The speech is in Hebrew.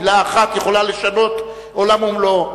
עד כמה מלה אחת יכולה לשנות עולם ומלואו.